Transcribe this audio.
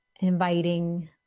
inviting